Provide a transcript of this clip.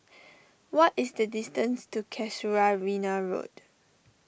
what is the distance to Casuarina Road